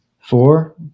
Four